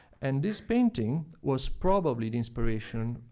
and this painting was probably the inspiration,